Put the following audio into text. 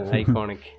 iconic